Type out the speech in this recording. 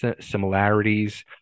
similarities